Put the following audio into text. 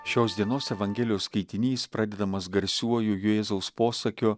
šios dienos evangelijos skaitinys pradedamas garsiuoju jėzaus posakiu